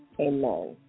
Amen